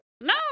No